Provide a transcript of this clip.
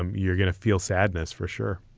um you're going to feel sadness for sure.